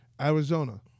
Arizona